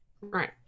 right